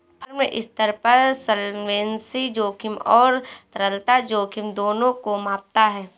firm स्तर पर solvency जोखिम और तरलता जोखिम दोनों को मापता है